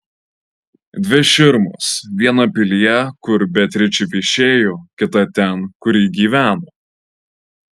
dvi širmos viena pilyje kur beatričė viešėjo kita ten kur ji gyveno